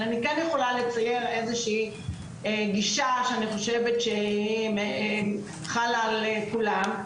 אבל אני כן יכולה לתאר איזושהי גישה שאני חושבת שהיא חלה על כולם.